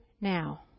now